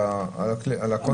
הוא על הקונה.